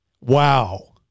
wow